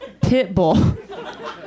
Pitbull